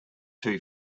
two